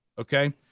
okay